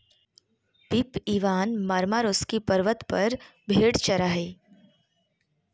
Pip Ivan Marmaroski पर्वत पर भेड़ चरा हइ